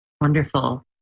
Wonderful